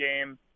game